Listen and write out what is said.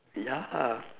ya